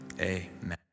amen